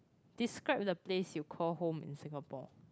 describe the place you call home in Singapore